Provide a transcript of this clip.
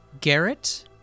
Garrett